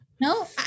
No